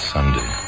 Sunday